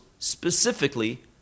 specifically